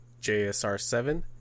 JSR7